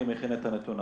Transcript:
אני מכין את הנתון,